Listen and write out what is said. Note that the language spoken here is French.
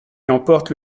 emportent